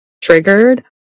triggered